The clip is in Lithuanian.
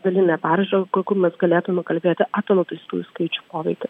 dalinė peržiūra kur kur mes galėtume kalbėti apie nuteistųjų skaičių poveikį